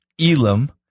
Elam